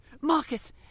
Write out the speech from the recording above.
Marcus